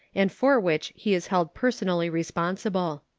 and for which he is held personally responsible.